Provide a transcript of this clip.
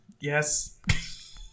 Yes